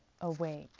awake